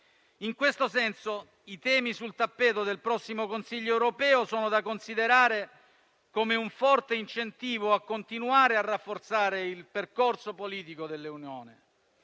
In questo senso, i temi sul tappeto del prossimo Consiglio europeo sono da considerare come un forte incentivo a continuare a rafforzare il percorso politico dell'Unione.